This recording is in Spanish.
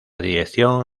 dirección